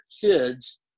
kids